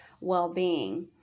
well-being